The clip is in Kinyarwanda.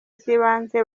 zibanze